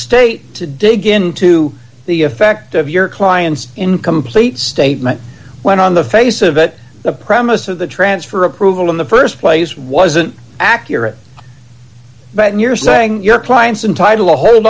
state to dig into the effect of your client's incomplete statement when on the face of it the promise of the transfer approval in the st place wasn't accurate but you're saying your clients and title hold